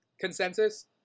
consensus